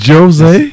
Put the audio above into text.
Jose